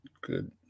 good